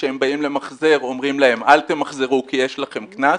כשהם באים למחזר אומרים להם אל תמחזרו כי יש לכם קנס,